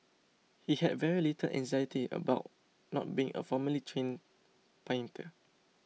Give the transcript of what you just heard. he had very little anxiety about not being a formally trained painter